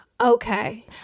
Okay